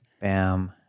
Bam